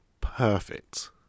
perfect